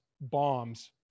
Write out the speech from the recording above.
bombs